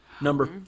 Number